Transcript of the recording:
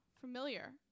familiar